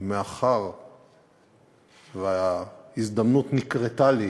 מאחר שההזדמנות נקרתה לי